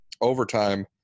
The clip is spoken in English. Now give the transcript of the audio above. overtime